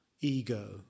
ego